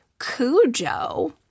Cujo